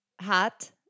Hot